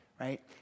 right